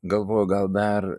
galvoju gal dar